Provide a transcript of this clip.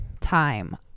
time